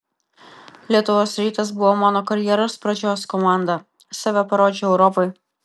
lietuvos rytas buvo mano karjeros pradžios komanda save parodžiau europai